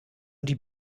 die